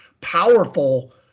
powerful